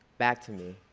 back to me.